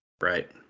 Right